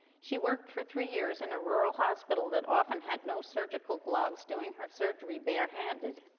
she worked for three years in a rural hospital that often had no surgical gloves, doing her surgery barehanded.